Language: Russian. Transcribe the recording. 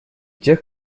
тех